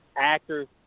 actors